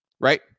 right